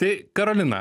tai karolina